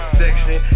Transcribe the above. section